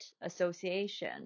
association